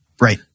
Right